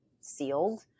sealed